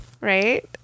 right